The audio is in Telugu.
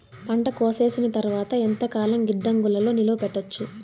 పంట కోసేసిన తర్వాత ఎంతకాలం గిడ్డంగులలో నిలువ పెట్టొచ్చు?